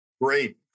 Great